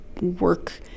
work